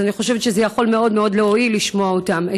אז אני חושבת שזה יכול מאוד מאוד להועיל לשמוע אותם,